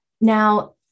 Now